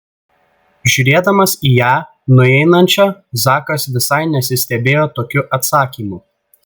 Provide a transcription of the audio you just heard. žiūrėdamas į ją nueinančią zakas visai nesistebėjo tokiu atsakymu